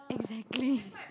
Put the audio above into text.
exactly